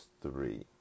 three